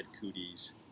cooties